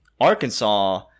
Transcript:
Arkansas